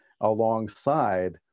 alongside